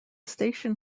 station